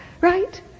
right